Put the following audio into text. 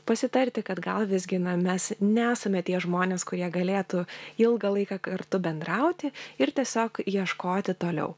pasitarti kad gal visgi na mes nesame tie žmonės kurie galėtų ilgą laiką kartu bendrauti ir tiesiog ieškoti toliau